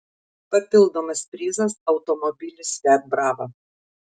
papildomas prizas automobilis fiat brava